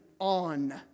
on